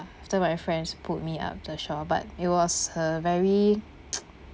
after my friends pulled me up to the shore but it was a very